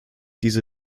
diese